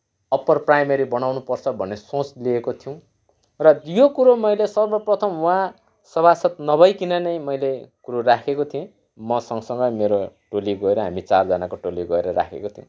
upper primary बनाउनु पर्छ भन्ने सोच लिएका थियौँ र यो कुरो मैले सर्वप्रथम उहाँ सभासद नभइकन नै मैले कुरो राखेको थिएँ म सँगसँगै मेरो टोली गएर हामी चारजनाको टोली गएर राखेको थियौँ